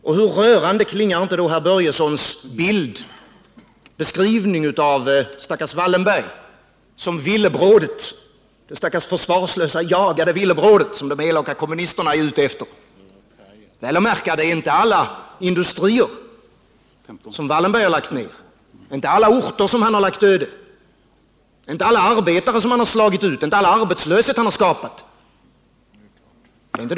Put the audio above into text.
Och hur rörande klingar inte herr Börjessons beskrivning av Wallenberg som det stackars försvarslösa och jagade villebrådet som de elaka kommunisterna är ute efter! Villebrådet har, väl att märka, inte varit alla industrier som Wallenberg har lagt ner, alla orter som han lagt öde, alla arbetare som han slagit ut, all arbetslöshet som han har tillskapat.